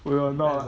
will not